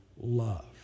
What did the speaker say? love